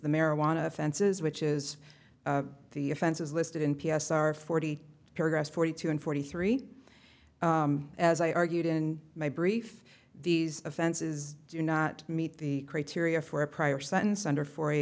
the marijuana offenses which is the offenses listed in p s are forty paragraphs forty two and forty three as i argued in my brief these offenses do not meet the criteria for a prior sentence under for a